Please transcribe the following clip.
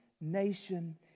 nation